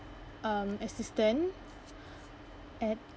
um assistant at